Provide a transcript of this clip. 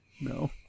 No